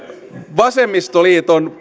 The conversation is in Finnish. vasemmistoliiton